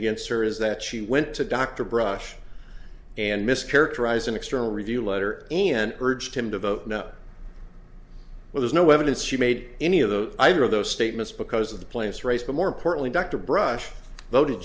against her is that she went to dr brush and mischaracterized an external review letter and urged him to vote no there's no evidence she made any of those either of those statements because of the place race but more importantly dr brush